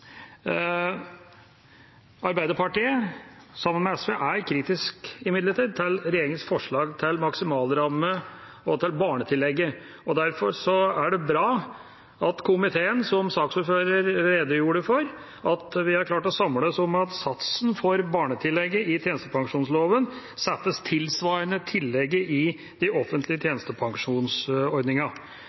Arbeiderpartiet, sammen med SV, er imidlertid kritisk til regjeringas forslag til maksimalramme og barnetillegg, og derfor er det bra at vi i komiteen, som saksordføreren redegjorde for, har klart å samles om at satsen for barnetillegget i tjenestepensjonsloven settes tilsvarende tillegget i de offentlige